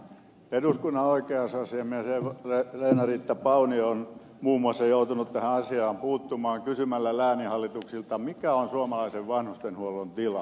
eduskunnan oikeusasiamies riitta leena paunio on muun muassa joutunut tähän asiaan puuttumaan kysymällä lääninhallituksilta mikä on suomalaisen vanhustenhuollon tila